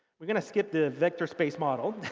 we're going to skip the vector space model.